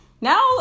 now